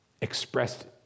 expressed